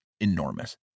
enormous